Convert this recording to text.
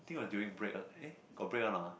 think was during break ah eh got break one or not ah